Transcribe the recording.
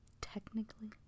technically